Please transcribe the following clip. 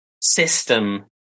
system